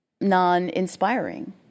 non-inspiring